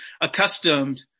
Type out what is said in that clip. accustomed